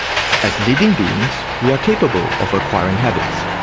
as living beings we are capable of acquiring habits.